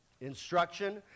Instruction